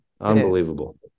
Unbelievable